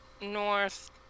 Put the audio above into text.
north